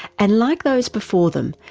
and like those before them,